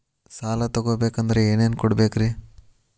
ಸಾಲ ತೊಗೋಬೇಕಂದ್ರ ಏನೇನ್ ಕೊಡಬೇಕ್ರಿ?